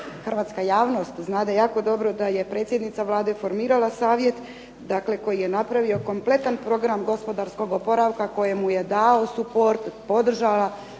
hrvatska javnost znade jako dobro da je predsjednica Vlade formirala savjet, dakle koji je napravio kompletan program gospodarskog oporavka koji mu je dao suport, podržala